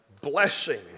blessing